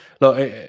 Look